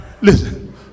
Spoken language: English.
listen